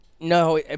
No